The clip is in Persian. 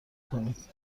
کنید